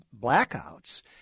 blackouts